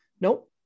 nope